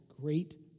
great